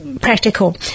practical